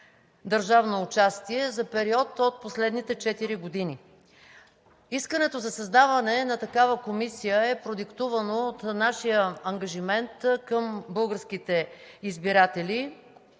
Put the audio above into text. държавно участие за период от последните четири години. Искането за създаване на такава Комисия е продиктувано от нашия ангажимент към българските избиратели,